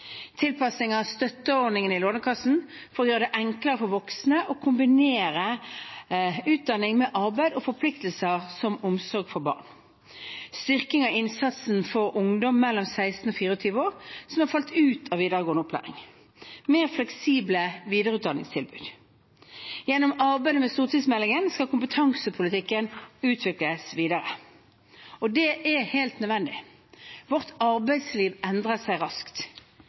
støtteordningen i Lånekassen for å gjøre det enklere for voksne å kombinere utdanning med arbeid og forpliktelser som omsorg for barn styrking av innsatsen for ungdom mellom 16 og 24 år som har falt ut av videregående opplæring mer fleksible videreutdanningstilbud Gjennom arbeidet med stortingsmeldingen skal kompetansepolitikken utvikles videre. Det er helt nødvendig, for vårt arbeidsliv endrer seg raskt.